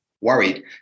worried